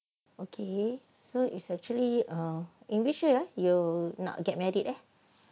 okay so is actually um in which year eh you nak get married eh